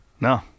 No